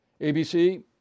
ABC